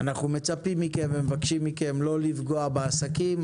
אנחנו מצפים מכם ומבקשים מכם לא לפגוע בעסקים,